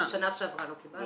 בשנה שעברה לא קיבלנו.